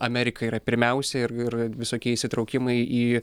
amerika yra pirmiausia ir ir visokie įsitraukimai į